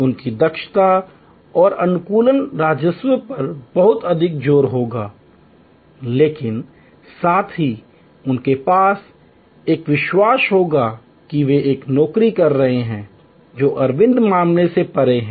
उनकी दक्षता और अनुकूलन और राजस्व पर बहुत अधिक जोर होगा लेकिन साथ ही उनके पास एक विश्वास होगा कि वे एक नौकरी कर रहे हैं जो अरविंद मामले से परे है